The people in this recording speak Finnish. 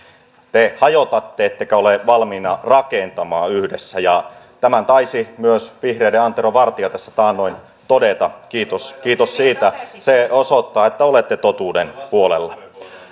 te hajotatte ettekä ole valmiina rakentamaan yhdessä ja tämän taisi myös vihreiden antero vartia tässä taannoin todeta kiitos kiitos siitä se osoittaa että olette totuuden puolella